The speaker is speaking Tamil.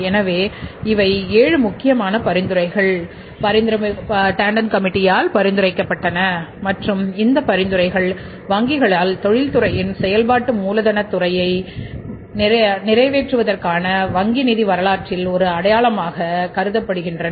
எனவே இவை ஏழு முக்கியமான பரிந்துரைகள் பரிந்துரைக்கப் பட்டன மற்றும் இந்த பரிந்துரைகள் வங்கிகளால் தொழில்துறையின் செயல்பாட்டு மூலதனத் துறையை நிறைவேற்றுவதற்கான வங்கி நிதி வரலாற்றில் ஒரு அடையாளமாக கருதப்படுகின்றன